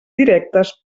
directes